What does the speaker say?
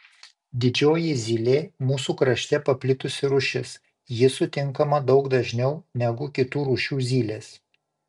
didžioji zylė mūsų krašte paplitusi rūšis ji sutinkama daug dažniau negu kitų rūšių zylės